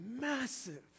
massive